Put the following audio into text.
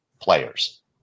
players